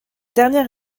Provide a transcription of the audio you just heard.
dernière